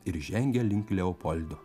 ir žengė link leopoldo